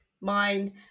mind